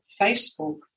Facebook